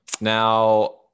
now